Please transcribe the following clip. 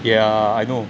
yeah I know